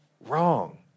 wrong